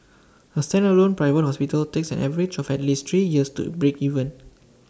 A standalone private hospital takes an average of at least three years to break even